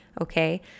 Okay